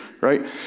Right